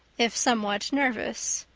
if somewhat nervous.